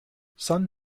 sun